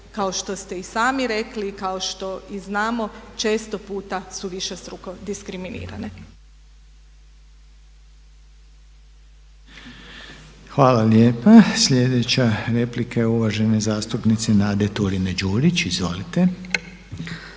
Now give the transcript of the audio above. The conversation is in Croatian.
kao što ste i sami rekli, kao što i znamo često puta su višestruko diskriminirane. **Reiner, Željko (HDZ)** Hvala lijepa. Sljedeća replika je uvažene zastupnice Nade Turine-Đurić.